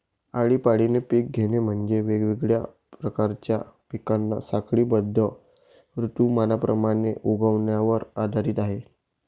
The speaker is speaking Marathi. आळीपाळीने पिक घेणे म्हणजे, वेगवेगळ्या प्रकारच्या पिकांना साखळीबद्ध ऋतुमानाप्रमाणे उगवण्यावर आधारित आहे